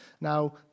now